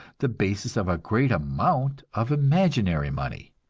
the basis of a great amount of imaginary money.